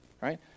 right